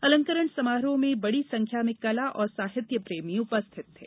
अलंकरण समारोह में बड़ी संख्या में कला साहित्य प्रेमी उपस्थित थे